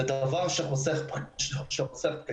זה דבר שחוסך פקקים.